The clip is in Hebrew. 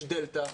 יש דלתא,